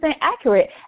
accurate